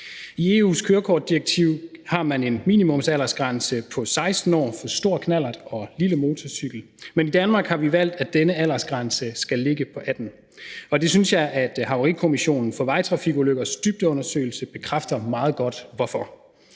I EU's kørekortdirektiv har man en minimumsaldersgrænse på 16 år for stor knallert og lille motorcykel. Men i Danmark har vi valgt, at den aldersgrænse skal ligge på 18 år. Og det synes jeg at Havarikommissionen for Vejtrafikulykkers dybdeundersøgelse bekræfter meget godt hvorfor.